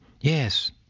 Yes